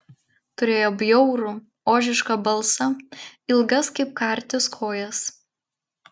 turėjo bjaurų ožišką balsą ilgas kaip kartis kojas